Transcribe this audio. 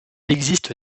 existe